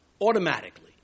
automatically